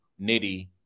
Nitty